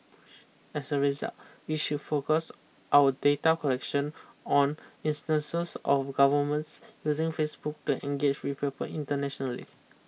as a result we should focus our data collection on instances of governments using Facebook to engage with people internationally